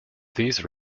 these